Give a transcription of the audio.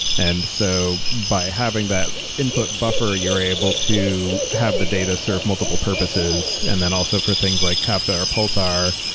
and so, by having that input buffer, you're able to have the data serve multiple purposes. and then also for things like kafka or pulsar,